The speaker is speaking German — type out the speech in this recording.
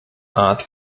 art